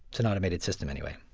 it's an automated system, anyway.